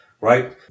right